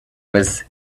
was